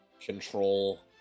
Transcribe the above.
control